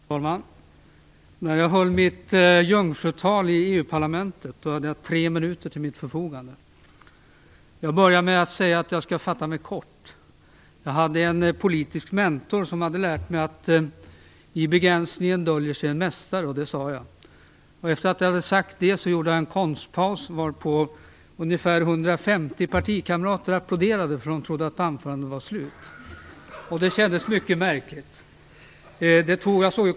Fru talman! När jag höll mitt jungfrutal i EU parlamentet hade jag tre minuter till mitt förfogande. Jag började med att säga att jag skulle fatta mig kort. Jag hade en politisk mentor som hade lärt mig att i begränsningen döljer sig en mästare, och det sade jag. Därefter gjorde jag en konstpaus, varpå ungefär 150 partikamrater applåderade - de trodde att anförandet var slut. Det kändes mycket märkligt.